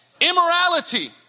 Immorality